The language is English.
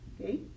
okay